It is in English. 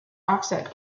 offset